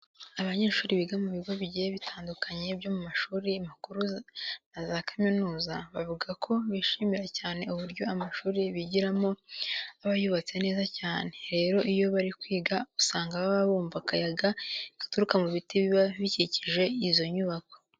Abanyeshuri biga mu bigo bigiye bitandukanye byo mu mashuri makuru na za kaminuza, bavuga ko bishimira cyane uburyo amashuri bigiramo aba yubatse neza cyane. Rero iyo bari kwiga usanga baba bumva akayaga gaturuka mu biti biba bikikije izo nyubako.